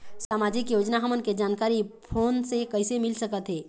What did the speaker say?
सामाजिक योजना हमन के जानकारी फोन से कइसे मिल सकत हे?